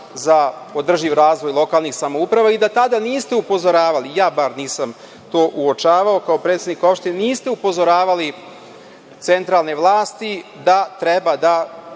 za održiv razvoj lokalnih samouprava i da tada niste upozoravali, ja bar nisam to uočavao, kao predsednik opštine, niste upozoravali centralne vlasti da treba da